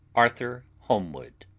arthur holmwood.